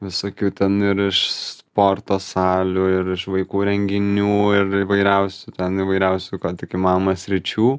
visokių ten ir iš sporto salių ir vaikų renginių ir įvairiausių ten įvairiausių ko tik įmanoma sričių